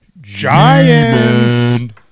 giants